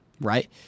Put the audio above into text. Right